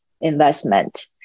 investment